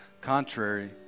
contrary